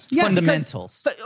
Fundamentals